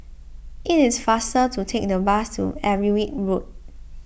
it is faster to take the bus to Everitt Road